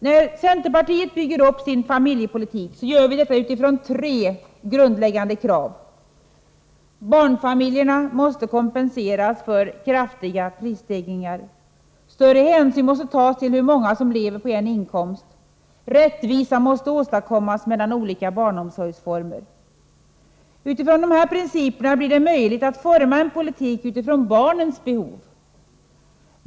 När centerpartiet bygger upp sin familjepolitik gör vi det utifrån tre grundläggande krav: 0 Barnfamiljerna måste kompenseras för kraftiga prisstegringar. O Större hänsyn måste tas till hur många som lever på en inkomst. O Rättvisa måste åstadkommas mellan olika barnomsorgsformer. Utifrån dessa principer blir det möjligt att forma en politik med utgångspunkti barnens behov.